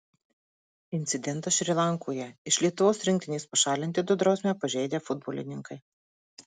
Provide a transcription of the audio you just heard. incidentas šri lankoje iš lietuvos rinktinės pašalinti du drausmę pažeidę futbolininkai